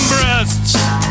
breasts